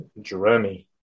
Jeremy